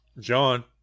John